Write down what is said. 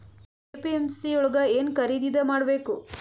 APMC ಯೊಳಗ ಏನ್ ಖರೀದಿದ ಮಾಡ್ಬೇಕು?